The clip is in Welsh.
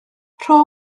rho